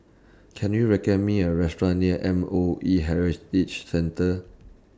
Can YOU recommend Me A Restaurant near M O E Heritage Centre